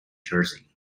jersey